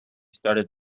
started